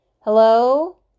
Hello